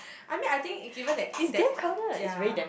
I mean I think it given that that uh ya